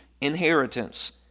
inheritance